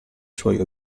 suoi